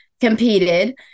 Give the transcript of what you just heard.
competed